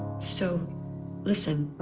so listen.